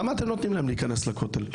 למה אתם נותנים להן להיכנס לכותל?